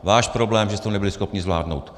Váš problém, že jste to nebyli schopni zvládnout.